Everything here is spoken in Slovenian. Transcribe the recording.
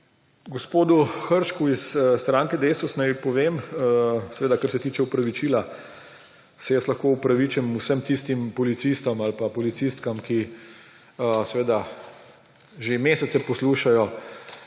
Gospodu Hršaku iz stranke Desus naj povem, kar se tiče opravičila, se jaz lahko opravičim vsem tistim policistom ali policistkam, ki seveda že mesece poslušajo